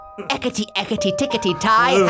Eckety-eckety-tickety-tie